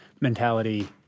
mentality